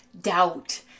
doubt